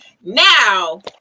Now